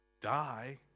die